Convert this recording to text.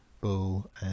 Bull